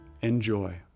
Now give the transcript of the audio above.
enjoy